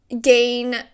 gain